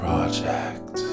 Project